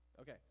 okay